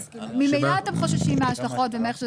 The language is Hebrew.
ממילא אתם חוששים מההשלכות ומאיך שזה,